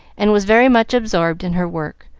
and was very much absorbed in her work,